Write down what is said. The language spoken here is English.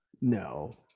No